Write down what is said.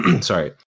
sorry